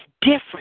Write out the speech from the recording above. different